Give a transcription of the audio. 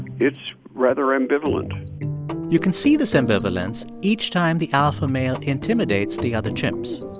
it's rather ambivalent you can see this ambivalence each time the alpha male intimidates the other chimps